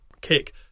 kick